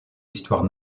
l’histoire